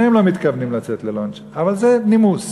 שניהם לא מתכוונים לצאת ללאנץ', אבל זה נימוס.